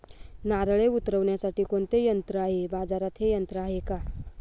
नारळे उतरविण्यासाठी कोणते यंत्र आहे? बाजारात हे यंत्र आहे का?